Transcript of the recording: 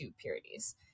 purities